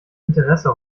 interesse